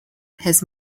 his